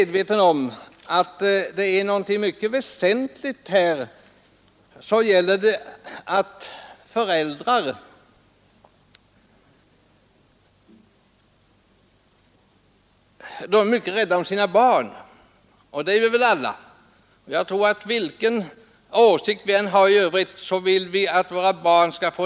Det är väl detta frågan gäller.